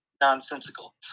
nonsensical